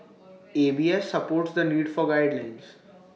A B S supports the need for guidelines